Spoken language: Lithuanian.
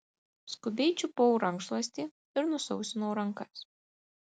skubiai čiupau rankšluostį ir nusausinau rankas